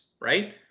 right